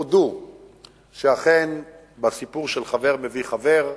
הודו שאכן בסיפור של חבר מביא חבר,